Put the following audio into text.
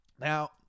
Now